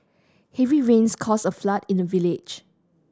heavy rains caused a flood in the village